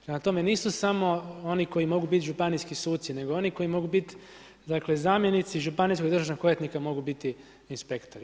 Prema tome nisu samo oni koji mogu biti županijski suci nego oni koji mogu biti dakle zamjenici županijskog državnog odvjetnika mogu biti inspektori.